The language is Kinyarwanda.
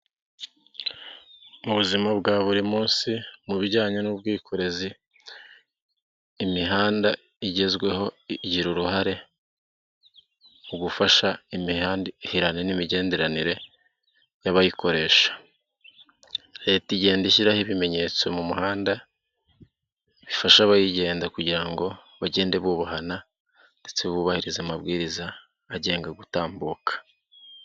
Mu buzima bwa buri munsi mu bijyanye n'ubwikorezi, imihanda igezweho igira uruhare mu gufasha imihahirane n'imigenderanire y'abayikoresha. Leta igenda ishyira ibimenyetso mu muhanda bifasha abayigenda kugira ngo bagende bubahana ndetse bubahiriza amabwiriza agenga gutambuka.